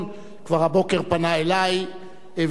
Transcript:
כבר פנה אלי הבוקר.